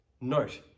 Note